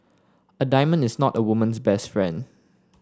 a diamond is not a woman's best friend